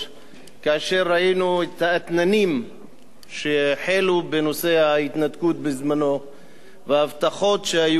כאשר ראינו את האתננים שהחלו בנושא ההתנתקות וההבטחות שהיו אז.